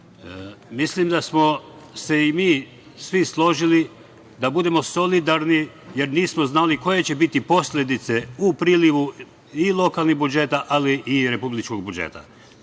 mislim da smo se i mi svi složili da budemo solidarni, jer nismo znali koje će biti posledice u prilivu i lokalnih budžeta, ali i republičkog budžeta.Međutim,